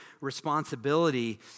responsibility